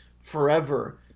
forever